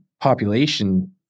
population